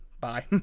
bye